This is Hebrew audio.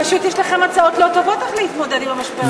פשוט יש לכם הצעות לא טובות איך להתמודד עם המשבר הזה.